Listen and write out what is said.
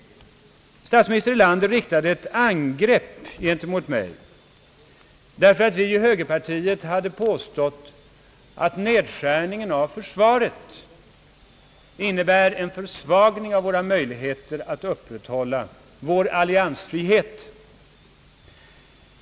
Statsminister Erlander riktade ett angrepp mot mig, därför att vi inom högerpartiet hade påstått att nedskärningen av försvaret innebär en försvagning av våra möjligheter att upprätthålla vår alliansfrihet.